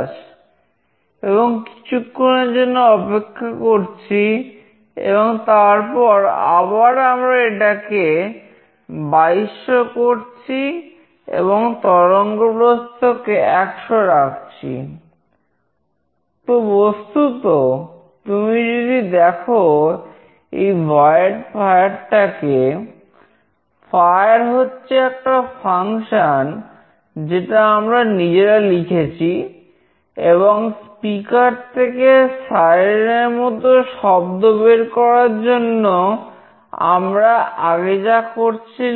আছে